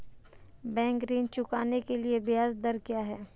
Bank ऋण चुकाने के लिए ब्याज दर क्या है?